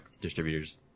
distributors